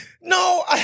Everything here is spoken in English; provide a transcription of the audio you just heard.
No